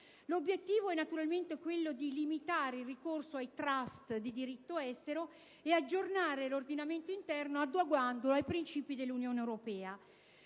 L'obiettivo è naturalmente quello di limitare il ricorso ai *trust* di diritto estero ed aggiornare l'ordinamento interno adeguandolo ai principi dell'Unione europea.